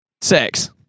Sex